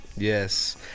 Yes